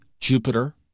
Jupiter